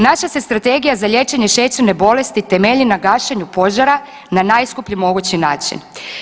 Naša se Strategija za liječenje šećerne bolesti temelji na gašenju na najskuplji mogući način.